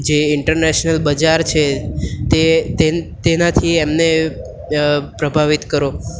જે ઇન્ટરનેશનલ બજાર છે તે તેનાથી એમને પ્રભાવિત કરો